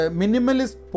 minimalist